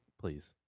please